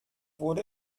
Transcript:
wurde